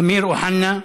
אמיר אוחנה,